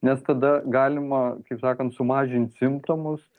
nes tada galima kaip sakant sumažint simptomus